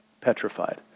petrified